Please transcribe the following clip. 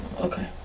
okay